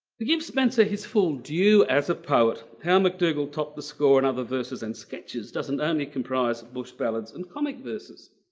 to give spencer his full due as a poet, how mcdougal topped the score and other verses and sketches doesn't only comprise bush ballads and comic verses.